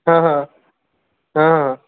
হাঁ হাঁ অঁ